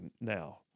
now